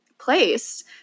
place